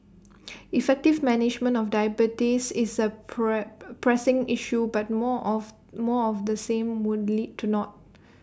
effective management of diabetes is A prey pressing issue but more of more of the same would lead to naught